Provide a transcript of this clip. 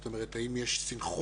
זאת אומרת האם יש סנכרון,